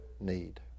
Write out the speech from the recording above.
need